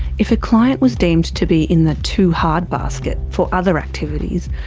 if a client was deemed to be in the too hard basket for other activities,